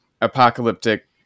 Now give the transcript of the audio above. apocalyptic